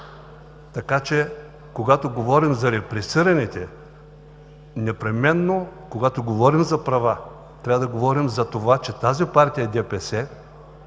Така че когато говорим за репресираните, непременно когато говорим за права, трябва да говорим за това, че тази партия ДПС